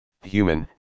Human